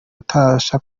utabasha